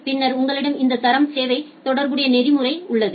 பின்னர் உங்களிடம் இந்த தரம் சேவை தொடர்புடைய நெறிமுறை உள்ளது